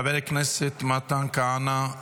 חבר הכנסת מתן כהנא,